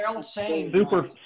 super